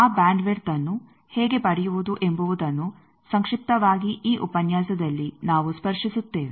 ಆ bandwidth ಅನ್ನು ಹೇಗೆ ಪಡೆಯುವುದು ಎಂಬುವುದನ್ನು ಸಂಕ್ಷಿಪ್ತವಾಗಿ ಈ ಉಪನ್ಯಾಸದಲ್ಲಿ ನಾವು ಸ್ಪರ್ಶಿಸುತ್ತೇವೆ